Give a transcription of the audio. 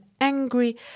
angry